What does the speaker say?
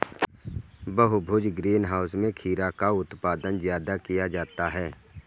बहुभुज greenhouse में खीरा का उत्पादन ज्यादा किया जाता है